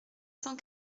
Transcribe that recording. cent